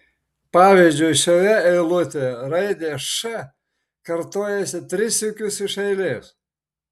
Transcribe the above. pavyzdžiui šioje eilutėje raidė š kartojasi tris sykius iš eilės